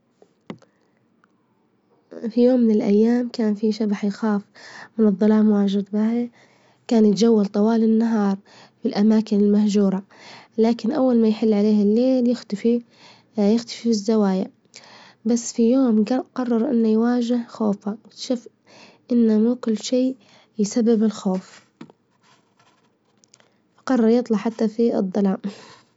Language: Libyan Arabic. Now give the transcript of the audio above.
في يوم من الأيام كان في شبح يخاف من الظلام واجد باهي، كان يتجول طوال النهار في الأماكن المهجورة، لكن أول ما يحل عليه الليل يختفي- يختفي الزوايا بس في يوم جام قرر إنه يواجه خوفه، اكتشف إنه مو كل شي يسبب الخوف، قرر يطلع حتى في الظلام.